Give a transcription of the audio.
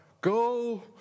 Go